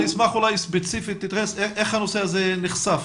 אולי תתייחס ספציפית איך הנושא הזה נחשף,